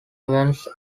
events